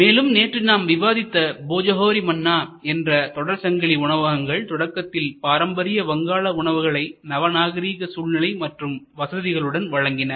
மேலும் நேற்று நாம் விவாதித்த போஜோஹோரி மன்னா என்ற தொடர் சங்கிலி உணவகங்கள் தொடக்கத்தில் பாரம்பரிய வங்காள உணவுகளை நவநாகரீக சூழ்நிலை மற்றும் வசதிகளுடன் வழங்கின